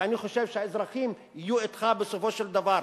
ואני חושב שהאזרחים יהיו אתך בסופו של דבר.